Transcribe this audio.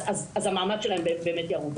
אז המעמד שלהם באמת ירוד,